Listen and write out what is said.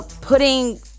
putting